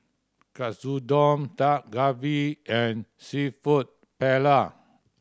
Katsudon Dak Galbi and Seafood Paella